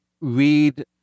read